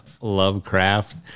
Lovecraft